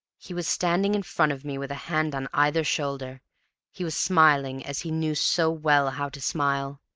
he was standing in front of me with a hand on either shoulder he was smiling as he knew so well how to smile.